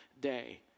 day